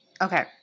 Okay